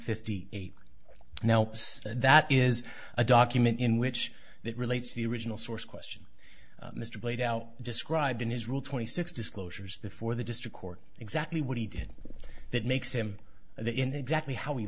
fifty eight now that is a document in which that relates to the original source question mr played out described in his rule twenty six disclosures before the district court exactly what he did that makes him there in exactly how we